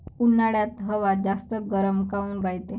उन्हाळ्यात हवा जास्त गरम काऊन रायते?